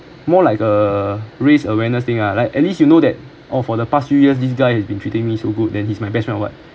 more like a raise awareness thing ah like at least you know that oh for the past few years this guy has been treating me so good then he's my best friend or what